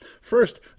First